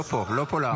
לא פה, לא לעמוד פה.